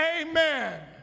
amen